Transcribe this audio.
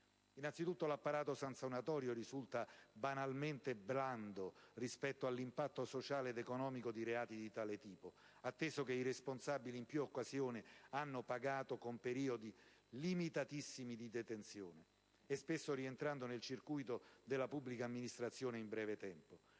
anzitutto, l'apparato sanzionatorio risulta banalmente blando rispetto all'impatto sociale ed economico di reati di tale tipo, atteso che i responsabili in più occasioni hanno pagato con periodi limitatissimi di detenzione e, spesso, rientrando nel circuito della pubblica amministrazione in breve tempo;